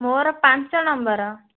ମୋର ପାଞ୍ଚ ନମ୍ବର